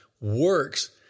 works